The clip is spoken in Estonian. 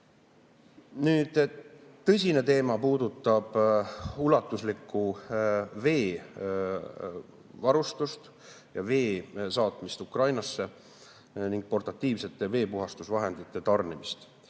Tõsine teema puudutab ulatuslikku veega varustamist, vee saatmist Ukrainasse ning portatiivsete veepuhastus[seadmete] tarnimist,